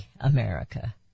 America